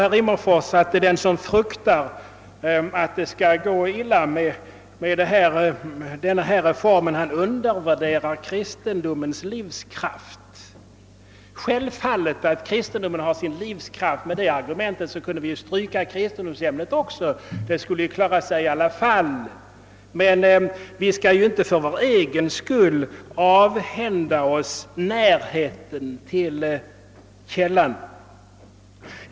Herr Rimmerfors säger vidare, att den som fruktar att det skall gå illa med denna reform undervärderar kristendomens livskraft. Det är självklart att kristendomen har sin livskraft, men med det argumentet kunde vi stryka kristendomsämnet från skolschemat; kristendomen skulle klara sig i alla fall. Men för vår egen skull skall vi inte avhända oss närheten till källan.